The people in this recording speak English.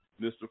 Mr